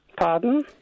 Pardon